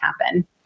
happen